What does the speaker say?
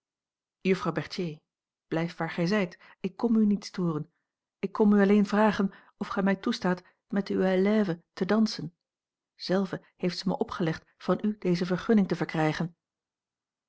berthier blijf waar gij zijt ik kom u niet storen ik kom u alleen vragen of gij mij toestaat met uwe elève te dansen zelve heeft ze mij opgelegd van u deze vergunning te verkrijgen